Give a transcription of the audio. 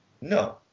no